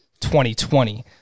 2020